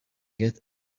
get